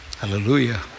Hallelujah